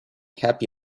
happy